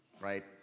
right